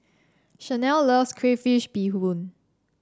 Shanell loves Crayfish Beehoon